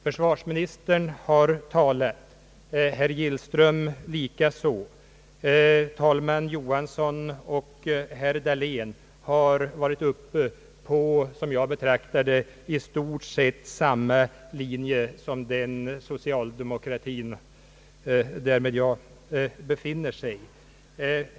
Försvarsministern har talat, herr Gillström likaså, talman Johansson och herr Dahlén har varit inne på — som jag ser det — väsentligen samma linje som den socialdemokratin följer.